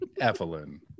Evelyn